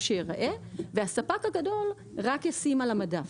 יראה והספק הגדול רק ישים את המוצר על המדף.